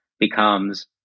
becomes